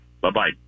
bye-bye